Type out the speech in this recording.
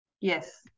yes